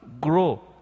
grow